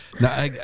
Now